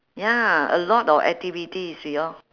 ya a lot of activities we all